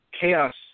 Chaos